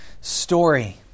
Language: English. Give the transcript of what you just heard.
story